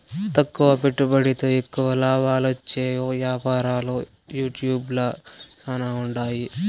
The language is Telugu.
తక్కువ పెట్టుబడితో ఎక్కువ లాబాలొచ్చే యాపారాలు యూట్యూబ్ ల శానా ఉండాయి